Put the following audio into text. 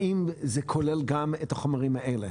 האם זה כולל גם את החומרים האלה?